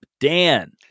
Dan